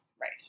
Right